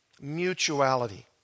Mutuality